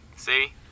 See